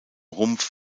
rumpf